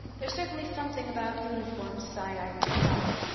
there's certainly something about uniforms, sighed irene howard.